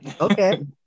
okay